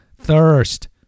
thirst